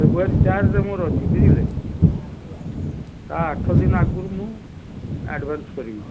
ଫେବୃୟାରୀ ଚାରିରେ ମୋର ଅଛି ବୁଝିଲେ ତା' ଆଠ ଦିନ ଆଗରୁ ମୁଁ ଆଡ଼ଭାନ୍ସ କରିବି